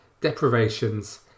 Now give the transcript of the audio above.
deprivations